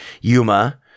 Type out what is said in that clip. Yuma